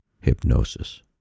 hypnosis